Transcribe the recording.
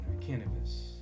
cannabis